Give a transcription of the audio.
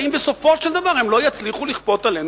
והאם בסופו של דבר הם לא יצליחו לכפות עלינו,